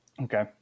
Okay